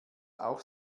auch